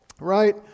right